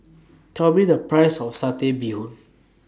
Tell Me The Price of Satay Bee Hoon